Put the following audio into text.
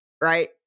Right